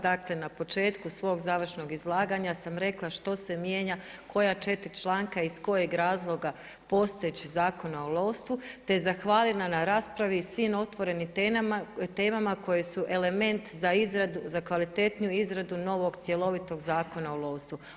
Dakle na početku svog završnog izlaganja sam rekla što se mijenja, koja četiri članka iz kojeg razloga postojećeg Zakona o lovstvu te zahvalila na raspravi i svim otvorenim temama koje su element za kvalitetniju izradu novog cjelovitog Zakona o lovstvu.